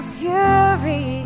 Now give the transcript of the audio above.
fury